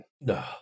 No